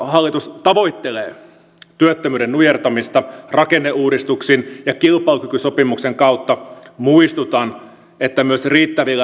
hallitus tavoittelee työttömyyden nujertamista rakenneuudistuksin ja kilpailukykysopimuksen kautta muistutan että myös riittävien